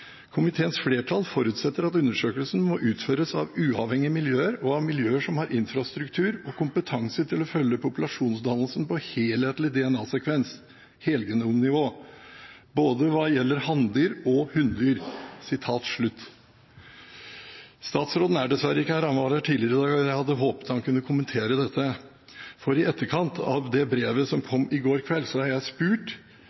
Komiteens flertall forutsetter at undersøkelsen må utføres av uavhengige miljøer og av miljøer som har infrastruktur og kompetanse til å følge populasjonsdannelsen på helhetlig DNA-sekvens både hva gjelder hanndyr og hunndyr.» Statsråden er dessverre ikke her. Han var her tidligere i dag, og jeg hadde håpet han kunne kommentere dette. For i etterkant av det brevet som